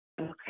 Okay